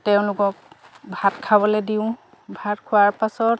তেওঁলোকক ভাত খাবলৈ দিওঁ ভাত খোৱাৰ পাছত